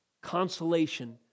consolation